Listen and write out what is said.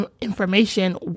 information